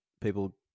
people